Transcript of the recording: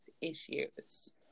issues